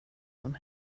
som